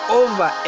over